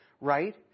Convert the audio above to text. right